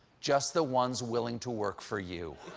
just the ones willing to work for you.